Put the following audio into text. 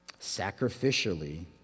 sacrificially